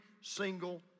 single